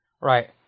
Right